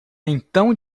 então